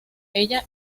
ella